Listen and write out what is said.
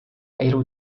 elu